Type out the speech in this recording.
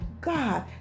God